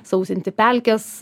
sausinti pelkes